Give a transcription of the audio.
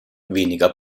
weniger